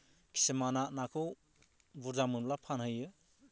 खिसुमाना नाखौ बुरजा मोनब्ला फानहैयो